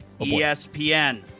ESPN